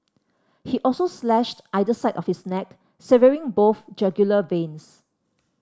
he also slashed either side of his neck severing both jugular veins